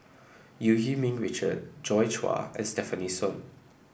Eu Yee Ming Richard Joi Chua and Stefanie Sun